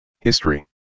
History